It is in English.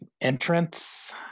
entrance